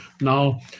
now